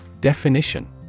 Definition